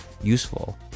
useful